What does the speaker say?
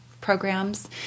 programs